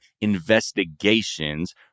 investigations